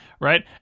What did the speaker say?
right